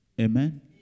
Amen